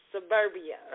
Suburbia